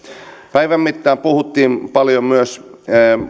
päivän mittaan puhuttiin paljon myös